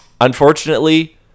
unfortunately